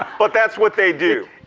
but that's what they do.